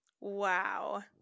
Wow